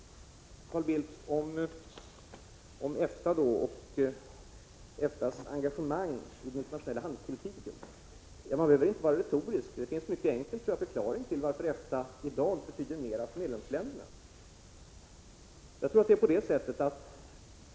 Carl Bildt talade om EFTA:s engagemang i den internationella handelspolitiken. Man behöver inte vara retorisk. Jag tror att det finns en mycket enkel förklaring till att EFTA i dag betyder mer än tidigare för medlemsländerna.